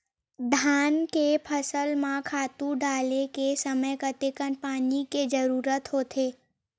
धान के फसल म खातु डाले के समय कतेकन पानी के जरूरत होथे?